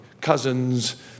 cousins